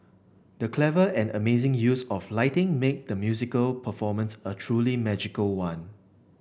the clever and amazing use of lighting made the musical performance a truly magical one